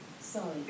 Sorry